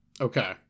Okay